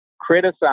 criticize